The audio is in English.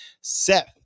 Seth